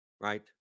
Right